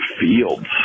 fields